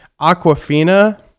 Aquafina